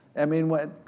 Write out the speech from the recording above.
i mean, what,